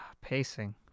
pacing